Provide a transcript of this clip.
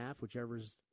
whichever's